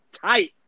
tight